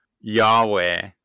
Yahweh